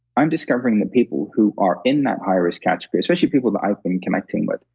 i'm discovering that people who are in that high-risk category, especially people that i've been connecting with,